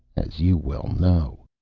as you well know.